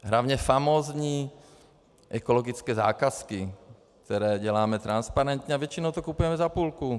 Hlavně famózní ekologické zakázky, které děláme transparentně, a většinou to kupujeme za půlku.